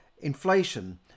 inflation